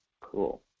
Cool